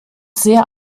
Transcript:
sehr